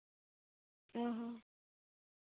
ᱚᱸᱻ ᱦᱚᱸ